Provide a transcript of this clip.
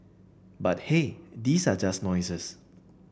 but hey these are just noises